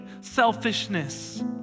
selfishness